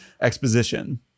exposition